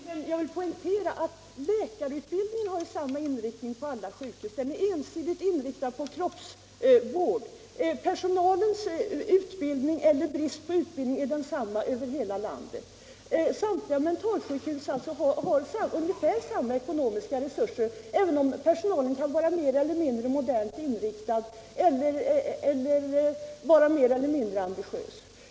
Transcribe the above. Herr talman! Tack för beskedet! Men jag vill poängtera att läkarutbildningen har samma inriktning på alla sjukhus. Den är ensidigt inriktad på kroppsvård. Personalens utbildning — eller brist på utbildning — är densamma över hela landet. Samtliga mentalsjukhus har ungefär samma ekonomiska resurser, även om personalen kan vara mer eller mindre modernt inriktad och mer eller mindre ambitiös.